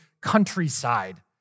countryside